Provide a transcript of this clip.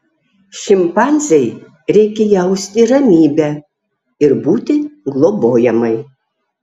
šimpanzei reikia jausti ramybę ir būti globojamai